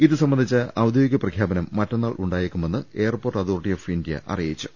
ഇത് സംബന്ധിച്ച ഔദ്യോഗിക പ്രഖ്യാപനം മറ്റന്നാൾ ഉണ്ടായേക്കുമെന്ന് എയർപോർട്ട് അതോറിറ്റി ഓഫ് ഇന്ത്യ അറിയിച്ചു